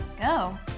Go